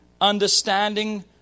understanding